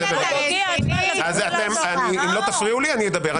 אי אפשר לשמוע בלי מיקרופון.